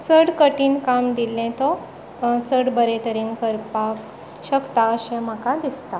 चड कठीण काम दिल्लें तो चड बरे तरेन करपाक शकता अशें म्हाका दिसता